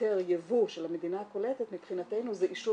היתר יבוא של המדינה הקולטת מבחינתנו זה אישור